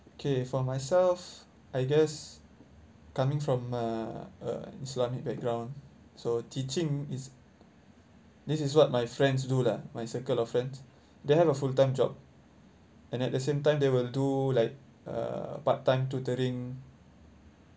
okay for myself I guess coming from uh uh islamic background so teaching is this is what my friends do lah my circle of friends they have a full time job and at the same time they will do like uh part time tutoring